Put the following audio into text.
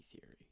Theory